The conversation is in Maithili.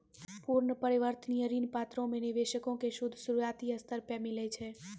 पूर्ण परिवर्तनीय ऋण पत्रो मे निवेशको के सूद शुरुआती स्तर पे मिलै छै